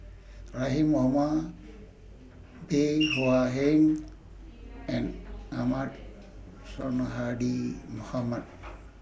Rahim Omar Bey Hua Heng and Ahmad Sonhadji Mohamad